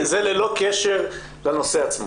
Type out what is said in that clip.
זה ללא קשר לנושא עצמו.